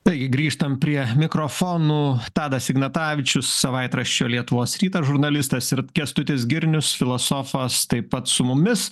taigi grįžtam prie mikrofonų tadas ignatavičius savaitraščio lietuvos rytas žurnalistas ir kęstutis girnius filosofas taip pat su mumis